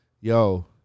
yo